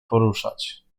poruszać